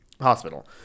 hospital